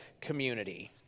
community